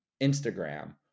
Instagram